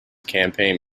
campaign